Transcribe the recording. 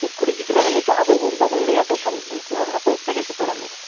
ᱪᱮᱫ ᱠᱩᱲᱤ ᱜᱤᱫᱽᱨᱟᱹ ᱦᱚᱸ ᱱᱤᱛᱚᱜ ᱟᱵᱚ ᱵᱚᱱ ᱵᱟᱵᱚᱱ ᱞᱟᱹᱭᱟᱠᱚ ᱠᱷᱟᱱ ᱩᱱᱠᱩ ᱦᱚᱸ ᱟᱠᱚ ᱛᱮᱜᱮ ᱠᱚ ᱛᱟᱲᱟᱢᱮᱫᱼᱟ